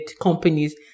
companies